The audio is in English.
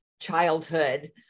childhood